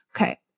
Okay